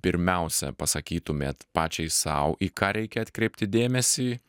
pirmiausia pasakytumėt pačiai sau į ką reikia atkreipti dėmesį